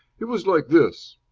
it was like this